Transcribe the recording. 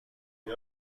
دوگ